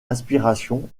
inspiration